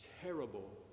terrible